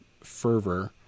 fervor